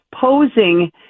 posing